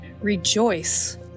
rejoice